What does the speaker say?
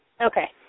Okay